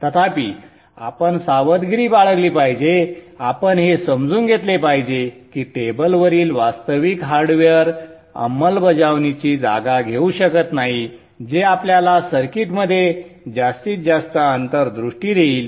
तथापि आपण सावधगिरी बाळगली पाहिजे आपण हे समजून घेतले पाहिजे की टेबलवरील वास्तविक हार्डवेअर अंमलबजावणीची जागा घेऊ शकत नाही जे आपल्याला सर्किटमध्ये जास्तीत जास्त अंतर्दृष्टी देईल